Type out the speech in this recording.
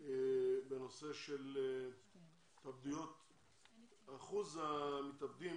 בנושא של אחוז המתאבדים